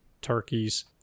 turkeys